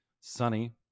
sunny